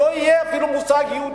לא יהיה אפילו מושג יהודי.